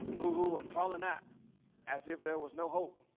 whoo, whoo and falling out as if there was no hope